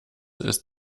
ist